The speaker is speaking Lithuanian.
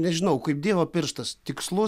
nežinau kaip dievo pirštas tikslus